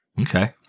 Okay